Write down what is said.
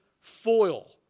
foil